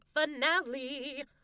finale